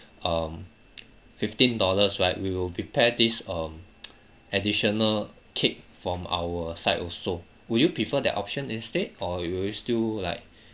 um fifteen dollars right we will prepare this um additional cake from our side also would you prefer that option instead or will you still like